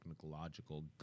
technological